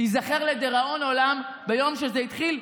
ייזכר לדיראון עולם ביום שזה התחיל,